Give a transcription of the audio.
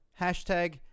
Hashtag